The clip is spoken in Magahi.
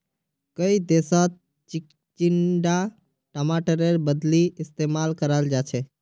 कई देशत चिचिण्डा टमाटरेर बदली इस्तेमाल कराल जाछेक